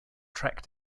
track